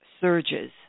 surges